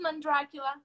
Dracula